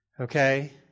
Okay